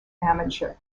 amateur